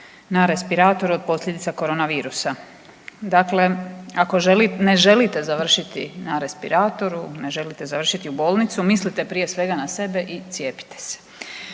na respiratoru od posljedica korona virusa. Dakle, ako ne želite završiti na respiratoru, ne želite završiti u bolnicu, mislite prije svega na sebe i cijepite se.